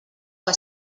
que